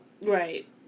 Right